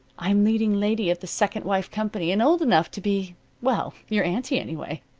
i'm leading lady of the second wife company and old enough to be well, your aunty, anyway.